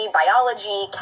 biology